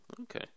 Okay